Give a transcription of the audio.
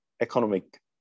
economic